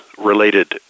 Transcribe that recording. related